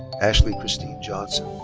ashley christine johnson.